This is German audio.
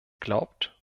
glaubt